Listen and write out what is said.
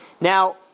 Now